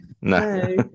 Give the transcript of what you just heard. No